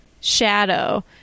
Shadow